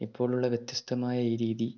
ഇപ്പോളുള്ള വ്യത്യസ്തമായ ഈ രീതി